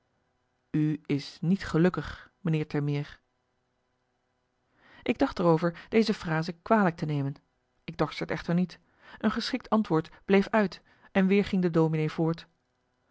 is niet gelukkig meneer termeer ik dacht er over deze frase kwalijk te nemen ik dorst t echter niet een geschikt antwoord bleef uit en weer ging de dominee voort